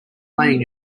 playing